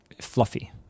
fluffy